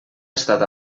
estat